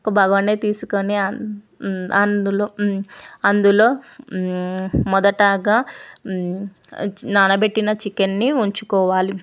ఒక బగోన్ తీసుకొని అం అందులో అందులో మొదటగా నానబెట్టిన చికెన్ని ఉంచుకోవాలి